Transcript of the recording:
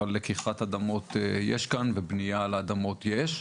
אבל לקיחת אדמות יש כאן ובנייה על האדמות יש.